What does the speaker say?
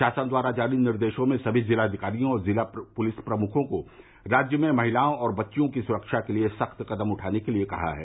शासन द्वारा जारी निर्देशों में समी जिलाधिकारियों और जिला पुलिस प्रमुखों को राज्य में महिलाओं और बच्चियों की सुरक्षा के लिए सख्त कदम उठाने के लिए कहा गया है